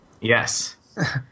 Yes